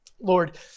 Lord